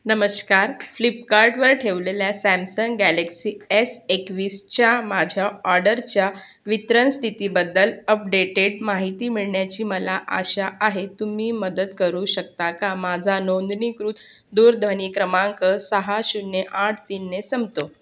नमस्कार फ्लिपकार्टवर ठेवलेल्या सॅमसंग गॅलेक्सी एस एकवीसच्या माझ्या ऑर्डरच्या वितरण स्थितीबद्दल अपडेटेड माहिती मिळण्याची मला आशा आहे तुम्ही मदत करू शकता का माझा नोंदणीकृत दूरध्वनी क्रमांक सहा शून्य आठ तीनने संपतो